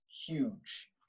Huge